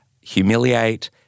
humiliate